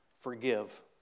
forgive